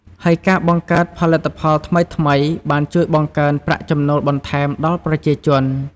ហើយការបង្កើតផលិតផលថ្មីៗបានជួយបង្កើនប្រាក់ចំណូលបន្ថែមដល់ប្រជាជន។